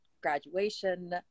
graduation